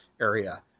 area